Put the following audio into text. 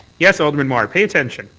yes, alderman mar, pay attention,